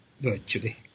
virtually